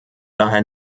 daher